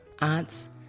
aunts